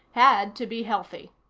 had to be healthy.